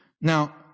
Now